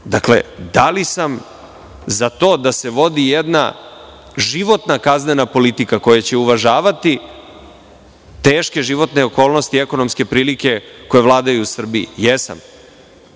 da li sam za to da se vodi jedna životna kaznena politika koja će uvažavati teške životne okolnosti i ekonomske prilike koje vladaju u Srbiji? Jesam,